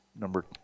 number